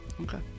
Okay